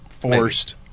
forced